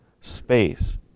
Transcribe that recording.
space